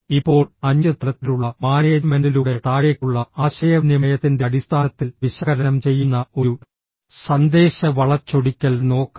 ഇപ്പോൾ അഞ്ച് തലത്തിലുള്ള മാനേജ്മെന്റിലൂടെ താഴേക്കുള്ള ആശയവിനിമയത്തിന്റെ അടിസ്ഥാനത്തിൽ വിശകലനം ചെയ്യുന്ന ഒരു സന്ദേശ വളച്ചൊടിക്കൽ നോക്കാം